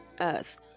earth